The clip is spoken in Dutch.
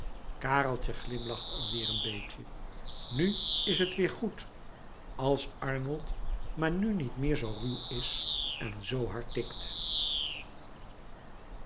kareltje glimlacht al weêr een beetje nu is het weêr goed als arnold maar nu niet meer zoo ruw is en zoo hard tikt